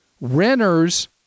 Renters